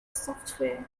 software